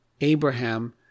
Abraham